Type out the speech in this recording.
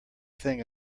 thing